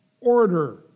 order